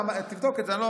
תבדוק את זה.